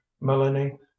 melanie